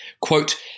quote